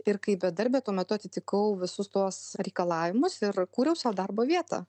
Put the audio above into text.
ir kaip bedarbė tuo metu atitikau visus tuos reikalavimus ir kūriau sau darbo vietą